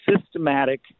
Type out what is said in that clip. systematic